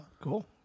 Cool